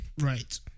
right